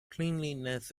cleanliness